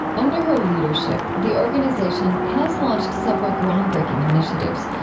under her leadership the organization has launched several groundbreaking initiatives,